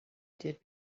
did